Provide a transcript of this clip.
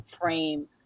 frame